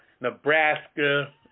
Nebraska